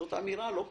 זאת אמירה לא פשוטה,